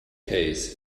case